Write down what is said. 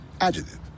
Adjective